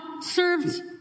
served